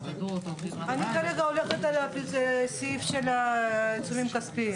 את היקף שעות נוכחות המשגיח לפי סוגי עסקים.